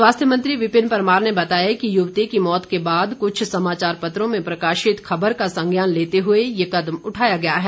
स्वास्थ्य मंत्री विपिन परमार ने बताया कि युवती की मौत के बाद कुछ समाचार पत्रों में प्रकाशित खबर का संज्ञान लेते हुए ये कदम उठाया गया है